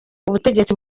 ubutegetsi